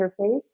interface